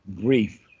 grief